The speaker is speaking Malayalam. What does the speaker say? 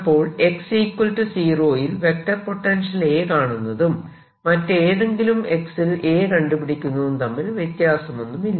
അപ്പോൾ x 0 യിൽ വെക്ടർ പോട്ടെൻഷ്യൽ A കാണുന്നതും മറ്റേതെങ്കിലും X ൽ A കണ്ടുപിടിക്കുന്നതും തമ്മിൽ വ്യത്യാസമൊന്നുമില്ല